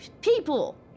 people